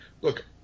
look